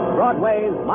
Broadway's